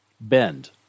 Bend